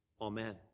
Amen